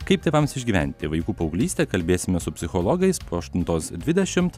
kaip tėvams išgyventi vaikų paauglystę kalbėsime su psichologais po aštuntos dvidešimt